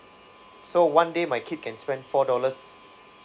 so one day my kid can spend four dollars